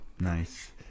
nice